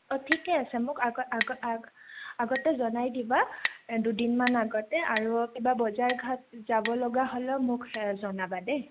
অ ঠিকে আছে মোক আগ আগ আগতে জনাই দিবা দুদিনমান আগতে আৰু কিবা বজাৰ ঘাট যাব লগা হ'লেও মোক জনাবা দেই